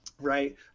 right